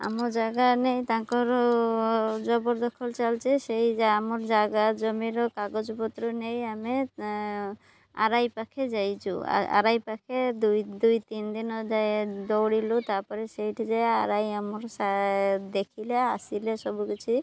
ଆମ ଜାଗା ନେଇ ତାଙ୍କର ଜବରଦଖଲ ଚାଲିଛି ସେଇା ଆମର୍ ଜାଗା ଜମିର କାଗଜପତ୍ର ନେଇ ଆମେ ଆର୍ ଆଇ ପାଖେ ଯାଇଛୁ ଆର୍ ଆଇ ପାଖେ ଦୁଇ ଦୁଇ ତିନି ଦିନ ଯାଏଁ ଦୌଡ଼ିଲୁ ତାପରେ ସେଇଠି ଯାଏ ଆର୍ ଆଇ ଆମର ଦେଖିଲେ ଆସିଲେ ସବୁକିଛି